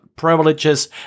privileges